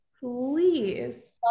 Please